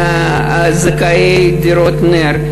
זכאי דירות נ"ר,